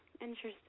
Interesting